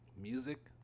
Music